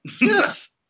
Yes